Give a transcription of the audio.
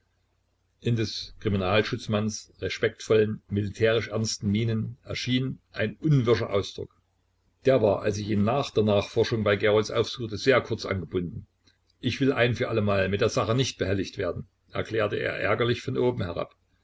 in des kriminalschutzmanns respektvollen militärisch ernsten mienen erschien ein unwirscher ausdruck der war als ich ihn nach der nachforschung bei gerolds aufsuchte sehr kurz angebunden ich will ein für allemal mit der sache nicht behelligt werden erklärte er ärgerlich von oben herab